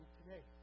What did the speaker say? today